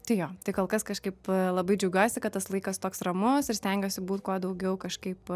tai jo tai kol kas kažkaip labai džiaugiuosi kad tas laikas toks ramus ir stengiuosi būt kuo daugiau kažkaip